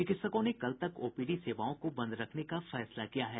चिकित्सकों ने कल तक ओपीडी सेवाओं को बंद रखने का फैसला किया है